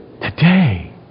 Today